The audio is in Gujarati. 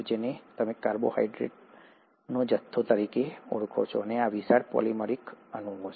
જેને તમે કાર્બોહાઈડ્રેટનો જથ્થો તરીકે ઓળખો છો અને આ વિશાળ પોલિમેરિક અણુઓ છે